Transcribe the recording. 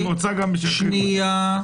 אבל היא רוצה שיכריחו אותם.